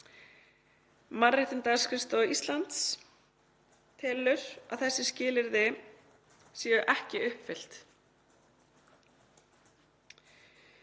Mannréttindaskrifstofa Íslands telur að þessi skilyrði séu ekki uppfyllt.